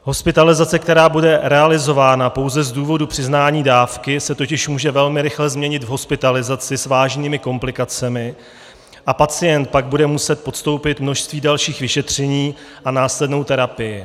Hospitalizace, která bude realizována pouze z důvodu přiznání dávky, se totiž může velmi rychle změnit v hospitalizaci s vážnými komplikacemi a pacient pak bude muset podstoupit množství dalších vyšetření a následnou terapii.